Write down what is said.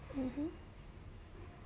mmhmm